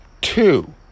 two